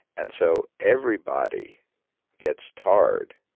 and so everybody gets tarred,